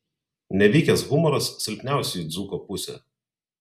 nevykęs humoras silpniausioji dzūko pusė